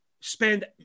spend